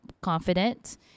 confident